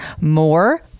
more